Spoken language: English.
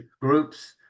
groups